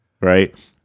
right